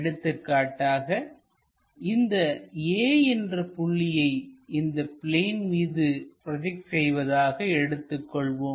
எடுத்துக்காட்டாக இந்தப் A என்ற புள்ளியை இந்த பிளேன் மீது ப்ரோஜெக்ட் செய்வதாக எடுத்துக் கொள்வோம்